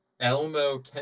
Elmo